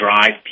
drive